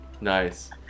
Nice